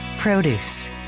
Produce